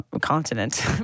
continent